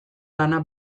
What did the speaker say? lana